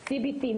CBT,